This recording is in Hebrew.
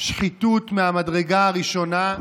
שחיתות מהמדרגה הראשונה.